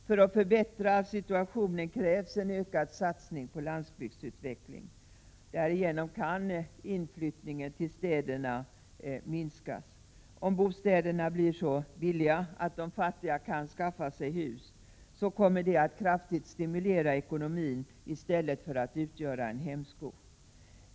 För att förbättra situationen krävs en ökad satsning på landsbygdsutveckling. Därigenom kan inflyttningen till städerna minskas. Om bostäderna blir så billiga att de fattiga kan skaffa sig hus, kommer detta att kraftigt stimulera ekonomin i stället för att utgöra en hämsko.